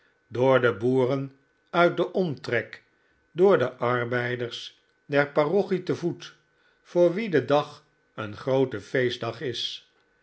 door de boeren uit den omtrek door de arbeiders der parochie te voet voor wie de dag een groote feestdag is